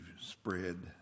spread